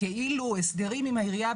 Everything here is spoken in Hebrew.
כאילו הסדרים עם העירייה,